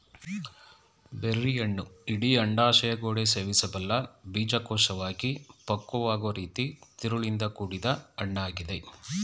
ಬೆರ್ರಿಹಣ್ಣು ಇಡೀ ಅಂಡಾಶಯಗೋಡೆ ಸೇವಿಸಬಲ್ಲ ಬೀಜಕೋಶವಾಗಿ ಪಕ್ವವಾಗೊ ರೀತಿ ತಿರುಳಿಂದ ಕೂಡಿದ್ ಹಣ್ಣಾಗಿದೆ